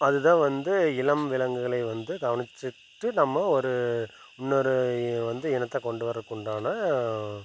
அதுதான் வந்து இளம் விலங்குகளை வந்து கவனிச்சிக்கிட்டு நம்ம ஒரு இன்னொரு வந்து இனத்தை கொண்டு வர்றதுக்கு உண்டான